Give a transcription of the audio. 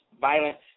violence